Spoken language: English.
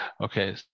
Okay